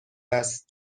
است